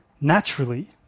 Naturally